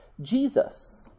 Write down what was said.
Jesus